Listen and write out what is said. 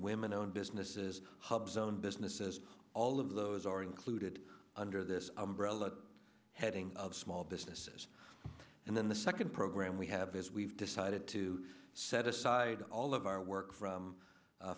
women owned businesses hubs owned businesses all of those are included under this umbrella heading of small businesses and then the second program we have is we've decided to set aside all of our work from